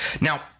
Now